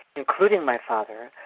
including my father,